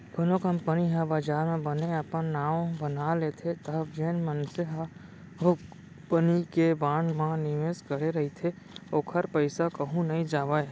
कोनो कंपनी ह बजार म बने अपन नांव बना लेथे तब जेन मनसे ह ओ कंपनी के बांड म निवेस करे रहिथे ओखर पइसा कहूँ नइ जावय